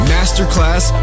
Masterclass